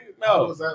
No